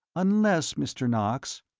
unless, mr. knox,